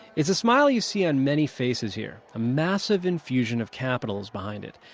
it's a smile you see on many faces here. a massive infusion of capital's behind it.